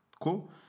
Cool